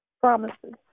promises